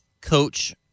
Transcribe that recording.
Coach